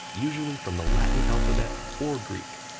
usually from the latin alphabet or greek.